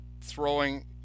throwing